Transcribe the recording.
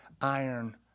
iron